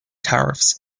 tariffs